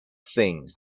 things